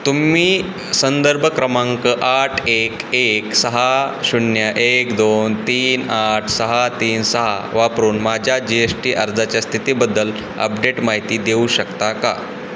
तुम्ही संदर्भ क्रमांक आठ एक एक सहा शून्य एक दोन तीन आठ सहा तीन सहा वापरून माझ्या जी एश टी अर्जाच्या स्थितीबद्दल अपडेट माहिती देऊ शकता का